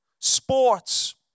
Sports